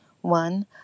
One